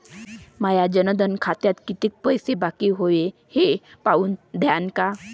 माया जनधन खात्यात कितीक पैसे बाकी हाय हे पाहून द्यान का?